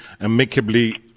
amicably